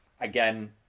again